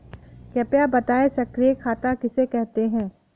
कृपया बताएँ सक्रिय खाता किसे कहते हैं?